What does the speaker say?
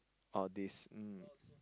all these mm